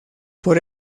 por